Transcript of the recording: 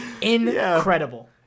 incredible